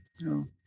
no